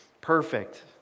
perfect